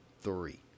three